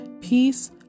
peace